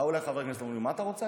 באו אליי חברי כנסת ואמרו: מה אתה רוצה,